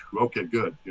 okay, good.